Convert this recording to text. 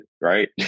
right